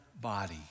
body